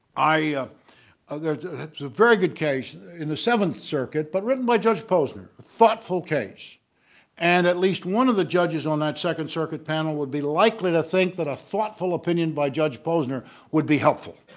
i it's a very good case in the seventh circuit but written by judge posner thoughtful case and at least one of the judges on that second circuit panel would be likely to think that a thoughtful opinion by judge posner would be helpful.